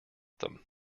them